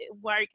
work